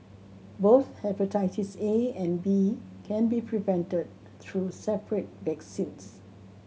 both hepatitis A and B can be prevented through separate vaccines